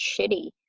shitty